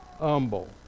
humble